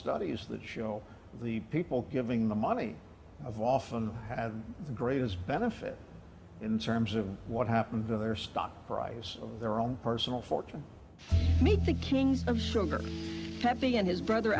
studies that show the people giving the money of often have the greatest benefit in terms of what happened to their stock price of their own personal fortune meet the king of sugar happy and his brother